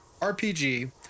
RPG